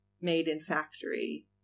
made-in-factory